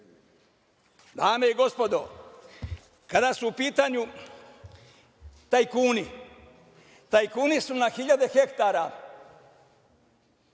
i gospodo, kada su u pitanju tajkuni, tajkuni su na hiljade hektara